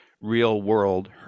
real-world